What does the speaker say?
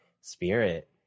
spirit